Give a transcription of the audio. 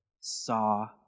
saw